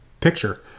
picture